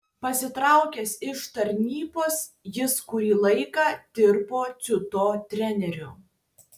pasitraukęs iš tarnybos jis kurį laiką dirbo dziudo treneriu